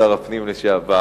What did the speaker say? שר הפנים לשעבר,